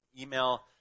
email